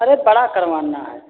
अरे बड़ा करवाना है